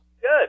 Good